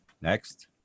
next